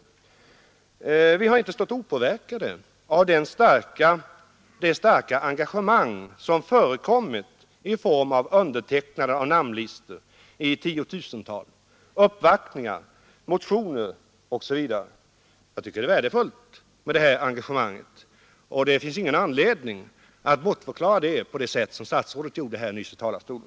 Vi har inte stått opåverkade av det starka engagemang som förekommit i form av undertecknandet av namnlistor i tiotusental, uppvaktningar, motioner osv. Jag tycker det är värdefullt med det här engagemanget, och det finns ingen anledning att bortförklara det på det sätt som statsrådet gjorde nyss i talarstolen.